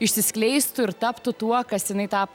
išsiskleistų ir taptų tuo kas jinai tapo